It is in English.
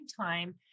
time